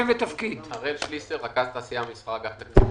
רכז תעשייה ומסחר באגף התקציבים.